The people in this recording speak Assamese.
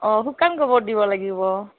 অ' শুকান গোবৰ দিব লাগিব